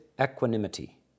equanimity